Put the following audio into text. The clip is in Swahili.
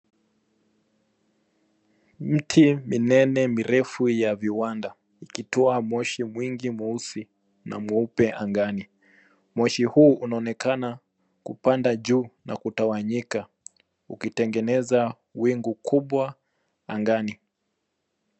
Miti minene mirefu ya viwanda vikitoa moshi mwingi mweusi na mweupe angani. Moshi huu unaonekana kupanda juu na kutawanyika ukitengeneza wingu kubwa angani.